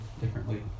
differently